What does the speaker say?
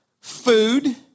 food